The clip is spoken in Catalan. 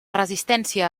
resistència